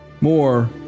More